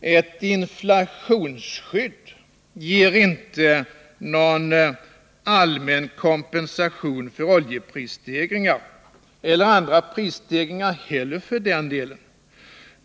Ett inflationsskydd ger inte någon allmän kompensation för oljeprisstegringar — eller andra prisstegringar heller för den delen.